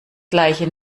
gleiche